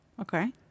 Okay